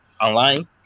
online